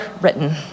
written